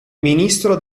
ministro